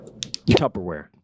Tupperware